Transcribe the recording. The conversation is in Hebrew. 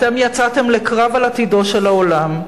אתם יצאתם לקרב על עתידו של העולם.